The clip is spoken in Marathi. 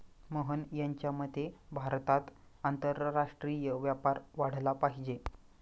मोहन यांच्या मते भारतात आंतरराष्ट्रीय व्यापार वाढला पाहिजे